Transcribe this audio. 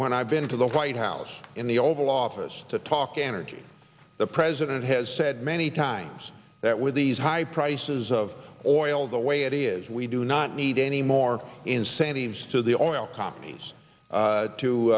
when i've been to the white house in the oval office to talk energy the president has said many times that with these high prices of oil the way it is we do not need any more incentives to the oil companies